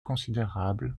considérable